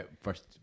First